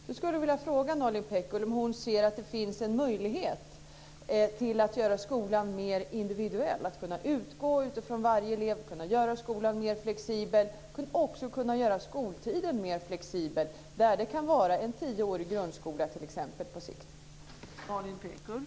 Jag skulle vilja fråga Nalin Pekgul om hon ser att det finns en möjlighet att göra skolan mer individuell, att kunna utgå från varje elev och göra skolan mer flexibel och också kunna göra skoltiden mer flexibel. Det kan t.ex. vara en tioårig grundskola på sikt.